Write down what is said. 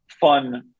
fun